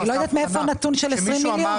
אני לא יודעת מאיפה הנתון של 20 מיליון.